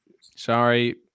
Sorry